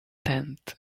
tent